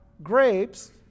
Grapes